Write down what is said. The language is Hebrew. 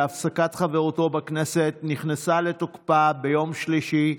שהפסקת חברותו בכנסת נכנסה לתוקפה ביום שלישי,